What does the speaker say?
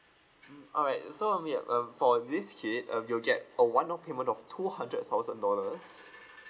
mm all right so um yup um for this kid um you'll get a one off payment of two hundred thousand dollars